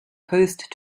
post